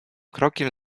krokiem